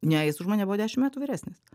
ne jis už mane buvo dešimt metų vyresnis